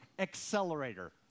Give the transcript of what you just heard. accelerator